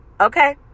Okay